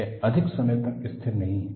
यह अधिक समय तक स्थिर नहीं है